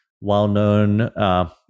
well-known